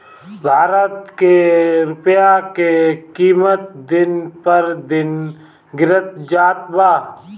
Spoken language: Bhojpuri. भारत के रूपया के किमत दिन पर दिन गिरत जात बा